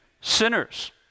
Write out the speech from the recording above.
sinners